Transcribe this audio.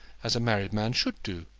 as a married man should do.